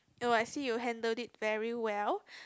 oh I see you handled it very well